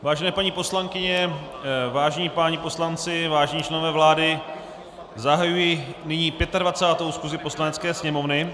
Vážené paní poslankyně, vážení páni poslanci, vážení členové vlády, zahajuji 25. schůzi Poslanecké sněmovny.